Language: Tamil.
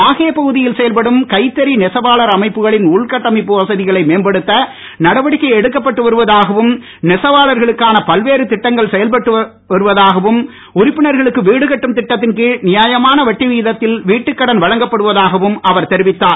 மாஹே பகுதியில் செயல்படும் கைத்தறி நெவாளர் அமைப்புகளின் உள்கட்டமைப்பு வசதிகளை மேம்படுத்த நடவடிக்கை எடுக்கப்பட்டு வருவதாகவும் நெசவாளர்களுக்கான பல்வேறு திட்டங்கள் செயல்பட்டு வருவதாகவும் உறுப்பினர்களுக்கு வீடு கட்டும் திட்டத்தின் கீழ் நியாயமான வட்டி விகிதத்தில் வீட்டு கடன் வழங்கப்படுவதாகவும் அவர் தெரிவித்தார்